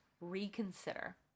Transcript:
Reconsider